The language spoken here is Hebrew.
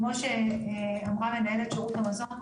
כמו אמרה מנהלת שירות המזון,